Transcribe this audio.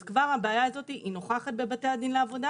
אז כבר הבעיה הזאת נוכחת בבתי דין לעבודה